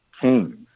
kings